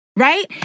right